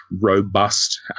robust